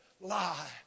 lie